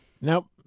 Nope